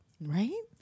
Right